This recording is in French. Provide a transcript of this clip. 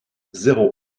zéro